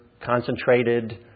concentrated